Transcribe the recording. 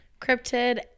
cryptid